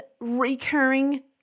recurring